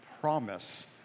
promise